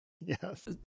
Yes